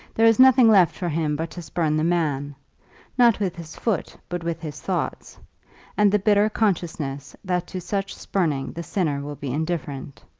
there is nothing left for him but to spurn the man not with his foot but with his thoughts and the bitter consciousness that to such spurning the sinner will be indifferent.